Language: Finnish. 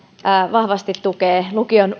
vahvasti tukee lukion